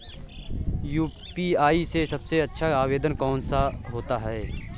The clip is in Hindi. यू.पी.आई में सबसे अच्छा आवेदन कौन सा होता है?